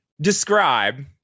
describe